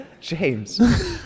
James